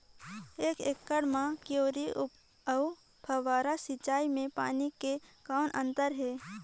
एक एकड़ म क्यारी अउ फव्वारा सिंचाई मे पानी के कौन अंतर हे?